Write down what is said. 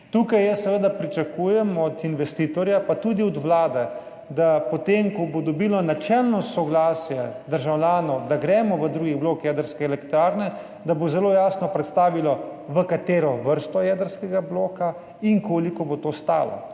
Tukaj seveda pričakujem od investitorja, pa tudi od Vlade, da bo po tem, ko se bo dobilo načelno soglasje državljanov, da gremo v drugi blok jedrske elektrarne, zelo jasno predstavljeno, v katero vrsto jedrskega bloka in koliko bo to stalo.